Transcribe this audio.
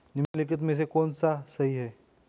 निम्नलिखित में से कौन सा सही है?